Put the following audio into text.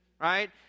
right